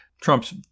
Trump's